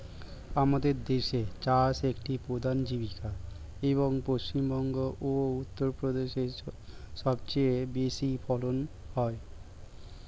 আমাদের দেশে চাষ একটি প্রধান জীবিকা, এবং পশ্চিমবঙ্গ ও উত্তরপ্রদেশে সবচেয়ে বেশি ফলন হয়